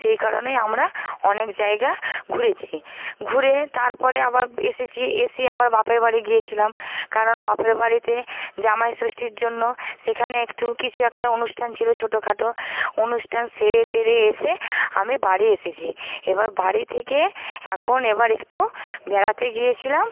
সেই কারণেই আমরা অনেক জায়গা ঘুরেছি ঘুরে তারপরে আবার এসেছি এসে আবার বাপেরবাড়ি গিয়েছিলাম কারণ বাপের বাড়িতে জামাইষষ্ঠীর জন্য সেখানে একটু কিছু একটা অনুষ্ঠান ছিল ছোটোখাটো অনুষ্ঠান সেরে টেরে এসে আমি বাড়ি এসেছি এবার বাড়ি থেকে এখন এবার একটু বেড়াতে গিয়েছিলাম